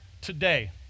today